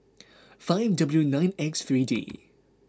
five W nine X three D